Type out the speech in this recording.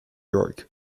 york